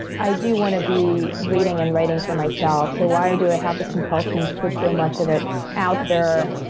i do want to be reading and writing for myself. so, why do i have the compulsion to put so much of it out there?